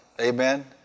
Amen